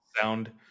sound